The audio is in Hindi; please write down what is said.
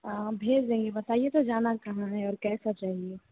हाँ हम भेज देंगे बताइए तो जाना कहाँ है और कैसा चाहिए